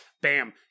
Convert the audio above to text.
Bam